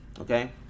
Okay